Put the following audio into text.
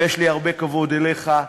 ויש לי הרבה כבוד אליך.